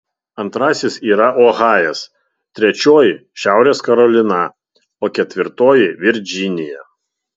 antrasis yra ohajas trečioji šiaurės karolina o ketvirtoji virdžinija